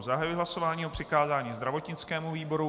Zahajuji hlasování o přikázání zdravotnickému výboru.